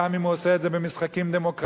גם אם הוא עושה את זה במשחקים דמוקרטיים,